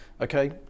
okay